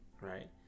right